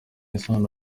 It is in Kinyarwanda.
isano